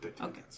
Okay